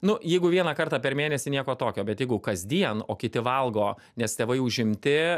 nu jeigu vieną kartą per mėnesį nieko tokio bet jeigu kasdien o kiti valgo nes tėvai užimti